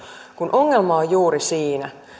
kun ongelma on juuri siinä